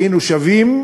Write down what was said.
היינו שווים,